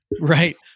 Right